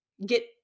Get